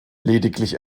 lediglich